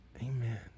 Amen